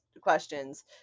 questions